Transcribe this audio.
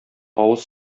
авыз